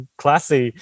classy